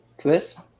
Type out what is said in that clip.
Chris